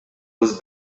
was